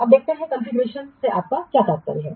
अब देखते हैं कि कॉन्फ़िगरेशन से आपका क्या तात्पर्य है